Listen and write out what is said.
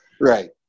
Right